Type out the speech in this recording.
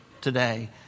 today